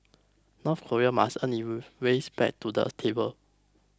North Korea must earn ways back to the table